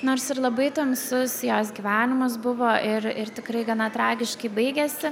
nors ir labai tamsus jos gyvenimas buvo ir ir tikrai gana tragiškai baigėsi